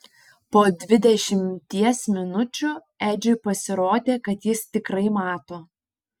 po dvidešimties minučių edžiui pasirodė kad jis tikrai mato